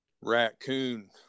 raccoon